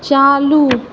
चालू